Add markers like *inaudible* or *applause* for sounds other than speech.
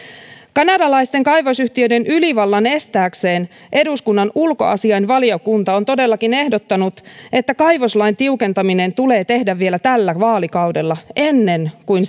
kanadalaisten kaivosyhtiöiden ylivallan estääkseen eduskunnan ulkoasiainvaliokunta on todellakin ehdottanut että kaivoslain tiukentaminen tulee tehdä vielä tällä vaalikaudella ennen kuin *unintelligible*